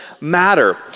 matter